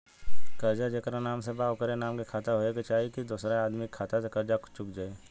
कर्जा जेकरा नाम से बा ओकरे नाम के खाता होए के चाही की दोस्रो आदमी के खाता से कर्जा चुक जाइ?